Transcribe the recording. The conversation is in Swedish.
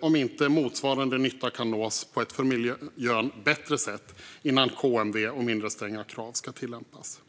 om inte motsvarande nytta kan nås på ett för miljön bättre sätt innan KMV och mindre stränga krav ska tillämpas.